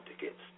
tickets